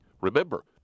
Remember